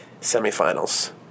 semifinals